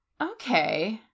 Okay